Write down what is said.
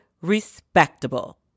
respectable